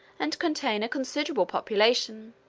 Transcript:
and contain a considerable population.